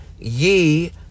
ye